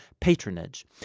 patronage